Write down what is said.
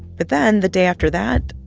but then the day after that,